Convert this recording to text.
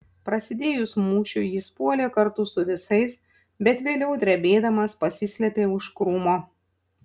prasidėjus mūšiui jis puolė kartu su visais bet vėliau drebėdamas pasislėpė už krūmo